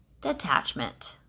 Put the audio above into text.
detachment